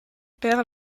père